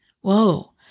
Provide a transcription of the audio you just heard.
Whoa